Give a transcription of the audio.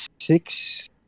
six